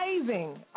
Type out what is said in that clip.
amazing